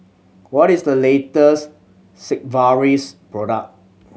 what is the latest Sigvaris product